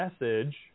message